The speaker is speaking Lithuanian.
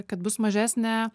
kad bus mažesnė